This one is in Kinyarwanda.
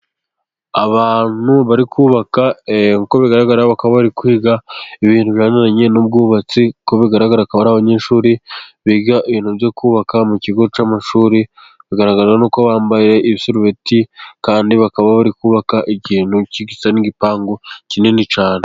Abantu bari kubaka, uko bigaragara bakaba bari kwiga ibintu bijyanye n'ubwubatsi, uko bigaragara bakaba ari abanyeshuri biga ibintu byo kubaka mu kigo cy'amashuri, bigaragara n'uko bambaye isarubeti, kandi bakaba bari kubaka ikintu gisa n'igipangu kinini cyane.